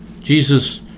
Jesus